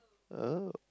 oh